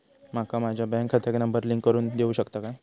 माका माझ्या बँक खात्याक नंबर लिंक करून देऊ शकता काय?